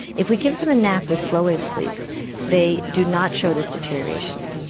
if we give them a nap with slow wave sleep they do not show this deterioration,